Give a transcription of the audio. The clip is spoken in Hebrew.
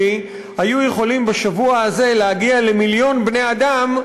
היו יכולים בשבוע הזה להגיע למיליון בני-אדם,